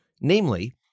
Namely